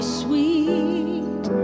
sweet